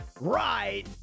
right